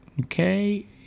okay